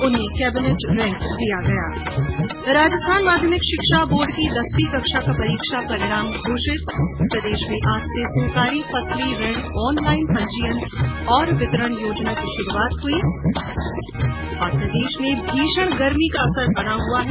उन्हें cabinet rank दिया गया राजस्थान माध्यमिक शिक्षा बोर्ड की दसवीं कक्षा का परीक्षा परिणाम घोषित प्रदेश में आज से सहकारी फसली ऋण ऑन लाइन पंजीयन और वितरण योजना शुरू हुई प्रदेश में भीषण गर्मी का असर बना हुआ है